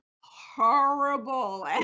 horrible